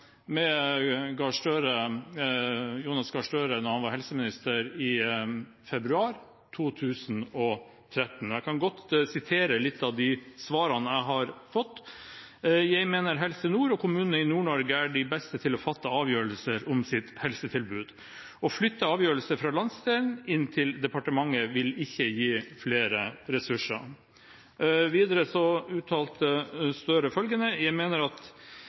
Jonas Gahr Støre da han var helseminister, i februar 2013. Jeg kan godt sitere litt av de svarene jeg har fått. Han skriver at «så mener jeg Helse Nord og kommunene i Nord-Norge er de beste til å fatte avgjørelser om sitt helsetilbud. Å flytte avgjørelser fra landsdelene inn til departementet vil ikke gi flere ressurser». Videre uttalte Støre følgende: «Jeg mener at